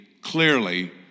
clearly